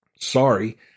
Sorry